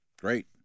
Great